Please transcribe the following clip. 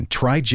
try